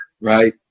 right